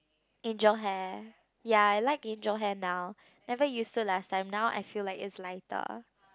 angel hair ya I like angel hair now never used to last time now I feel like it's lighter